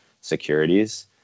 securities